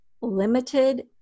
limited